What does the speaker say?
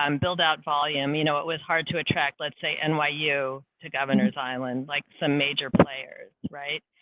um build out volume, you know, it was hard to attract let's say, n. y. u. to governor's island, like some major players, right?